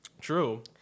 True